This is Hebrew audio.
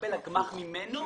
שמקבל הגמ"ח ממנו?